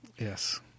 Yes